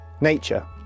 nature